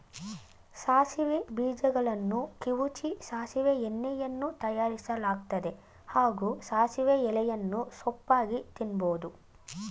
ಸಾಸಿವೆ ಬೀಜಗಳನ್ನು ಕಿವುಚಿ ಸಾಸಿವೆ ಎಣ್ಣೆಯನ್ನೂ ತಯಾರಿಸಲಾಗ್ತದೆ ಹಾಗೂ ಸಾಸಿವೆ ಎಲೆಯನ್ನು ಸೊಪ್ಪಾಗಿ ತಿನ್ಬೋದು